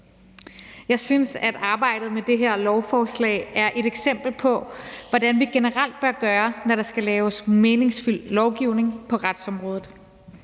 Jeg synes, at arbejdet med det her lovforslag er et eksempel på, hvordan vi generelt bør gøre, når der skal laves meningsfyldt lovgivning på retsområdet.